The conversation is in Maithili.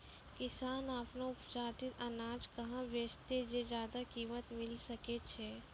किसान आपनो उत्पादित अनाज कहाँ बेचतै जे ज्यादा कीमत मिलैल सकै छै?